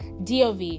dov